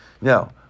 Now